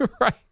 right